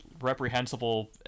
reprehensible